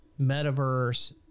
metaverse